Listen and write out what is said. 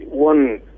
One